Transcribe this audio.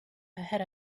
ahead